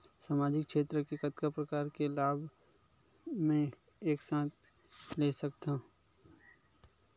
सामाजिक क्षेत्र के कतका प्रकार के लाभ मै एक साथ ले सकथव?